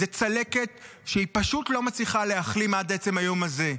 זו צלקת שפשוט לא מצליחה להחלים עד עצם היום הזה.